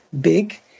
big